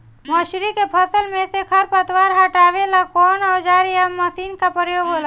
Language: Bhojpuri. मसुरी के फसल मे से खरपतवार हटावेला कवन औजार या मशीन का प्रयोंग होला?